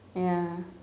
ya